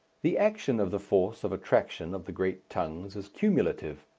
the action of the force of attraction of the great tongues is cumulative.